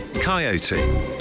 Coyote